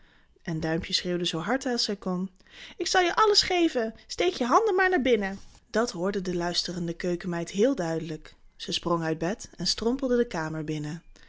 en duimpje schreeuwde zoo hard als hij kon ik zal je alles geven steek je handen maar naar binnen dat hoorde de luisterende keukenmeid heel duidelijk ze sprong uit bed en strompelde de kamer binnen